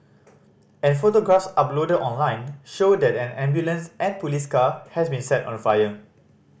and photographs uploaded online show that an ambulance and police car has been set on fire